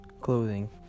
clothing